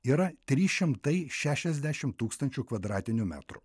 yra trys šimtai šešiasdešimt tūkstančių kvadratinių metrų